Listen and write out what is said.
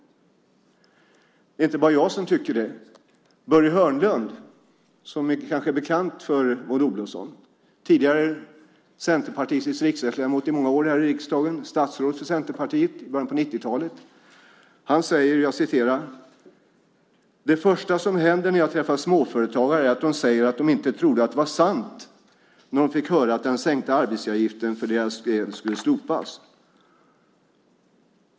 Det är inte bara jag som tycker det. Börje Hörnlund, som kanske är bekant för Maud Olofsson, var tidigare centerpartistisk riksdagsledamot i många år och statsråd för Centerpartiet i början på 90-talet. Han säger så här: "Det första som händer när jag träffar småföretagare är att de säger att de inte trodde att det var sant när de fick höra att den sänkta arbetsgivaravgiften för deras del skulle slopas.